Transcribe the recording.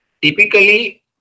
Typically